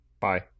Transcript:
Bye